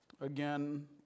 Again